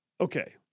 Okay